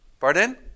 Pardon